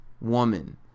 woman